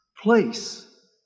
place